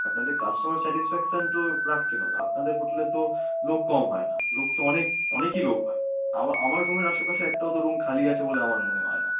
আপনাদের customer satisfaction তো রাখতে হবে আপনাদের হোটেলে তো লোক কম হয় না লোক তো অনেক অনেকই লোক হয় আমা আমার রুমের আশেপাশে একটাও তো রুম খালি আছে বলে আমার মনে হয় না